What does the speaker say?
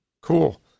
Cool